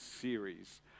series